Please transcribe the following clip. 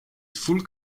full